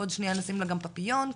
עוד שנייה נשים לה גם פפיון כזה,